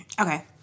Okay